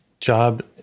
job